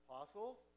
Apostles